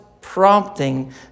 prompting